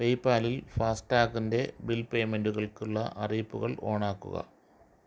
പേയ്പ്പാലിൽ ഫാസ്റ്റാഗിന്റെ ബിൽ പേയ്മെൻ്റുകൾക്കുള്ള അറിയിപ്പുകൾ ഓണാക്കുക